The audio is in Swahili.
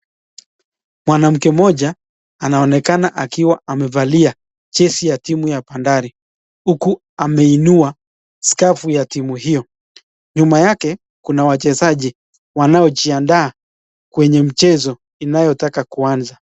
Mwanamke mmoja anaonekana akiwa amevalia jesi ya timu ya Bandari huku ameinua scaffu ya timu hiyo, nyuma yake kuna wachezaji wanao jiandaa kwenye mchezo inayotaka kuanza.